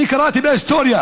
אני קראתי בהיסטוריה